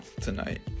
tonight